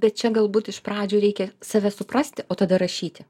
bet čia galbūt iš pradžių reikia save suprasti o tada rašyti